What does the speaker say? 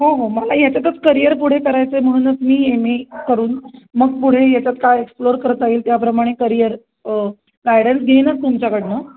हो हो मला याच्यातच करियर पुढे करायचं आहे म्हणूनच मी एम ए करून मग पुढे याच्यात काय एक्सप्लोर करता येईल त्याप्रमाणे करियर गायडन्स घेईनच तुमच्याकडनं